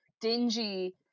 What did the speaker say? Dingy